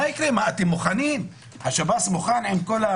השב"ס מוכן?